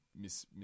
Miss